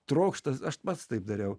trokšta aš pats taip dariau